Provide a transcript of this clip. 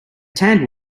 tanned